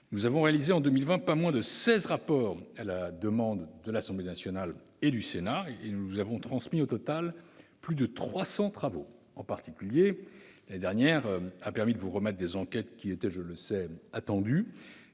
Nous avons réalisé, en 2020, pas moins de 16 rapports à la demande de l'Assemblée nationale et du Sénat, et vous avons transmis au total plus de 300 travaux. En particulier, l'année dernière a permis de vous remettre des enquêtes très attendues,